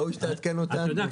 יודע,